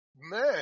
man